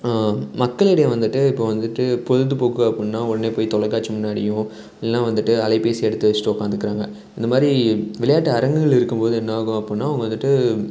மக்களிடையே வந்துட்டு இப்போது வந்துட்டு பொழுதுபோக்கு அப்புடின்னா உடனே போய் தொலைக்காட்சி முன்னாடியும் இல்லைன்னா வந்துட்டு அலைப்பேசி எடுத்து வச்சுட்டு உட்காந்துக்குறாங்க இந்தமாதிரி விளையாட்டு அரங்குகள் இருக்கும்போது என்ன ஆகும் அப்புடின்னா அவங்க வந்துட்டு